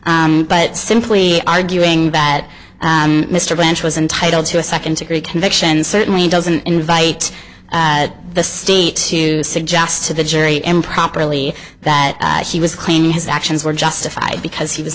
but simply arguing that mr bench was entitled to a second degree conviction certainly doesn't invite the state to suggest to the jury improperly that she was cleaning his actions were justified because he was